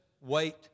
wait